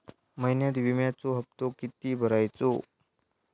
महिन्यात विम्याचो हप्तो किती भरायचो?